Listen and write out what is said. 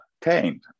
tamed